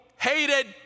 hated